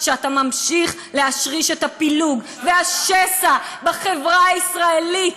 שאתה ממשיך להשריש את הפילוג והשסע בחברה הישראלית.